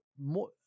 more